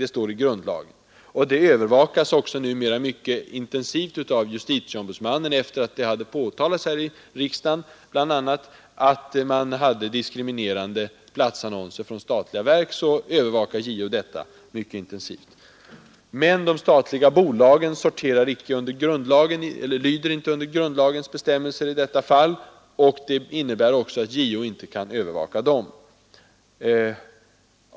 Det står i grundlagen. Detta övervakas numera mycket intensivt av justitieombudsmannen, sedan det här i riksdagen påtalats att statliga verk hade diskriminerande platsannonser. Men de statliga bolagen lyder inte under grundlagens bestämmelser i detta fall. Det innebär också att JO inte kan övervaka dem.